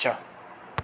च